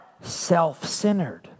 self-centered